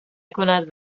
کند